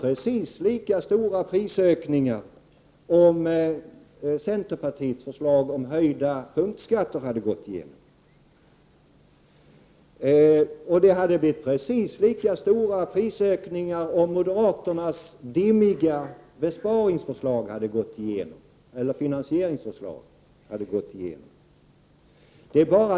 Men prisökningarna hade blivit precis lika stora om centerpartiets förslag om höjda punktskatter hade gått igenom. Det hade blivit precis lika stora prisökningar om moderaternas dimmiga finansieringsförslag hade gått igenom.